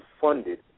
funded